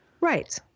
Right